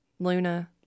Luna